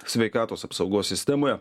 sveikatos apsaugos sistemoje